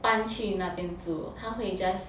搬去那边住他会 just